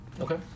Okay